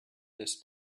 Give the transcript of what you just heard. this